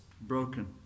broken